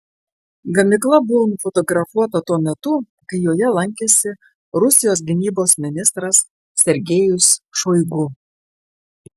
gamykla buvo fotografuota tuo metu kai joje lankėsi rusijos gynybos ministras sergejus šoigu